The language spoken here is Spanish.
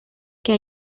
que